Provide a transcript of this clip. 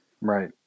right